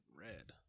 Red